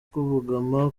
kubogama